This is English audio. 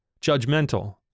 judgmental